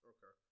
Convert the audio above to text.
Okay